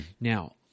Now